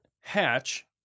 hatch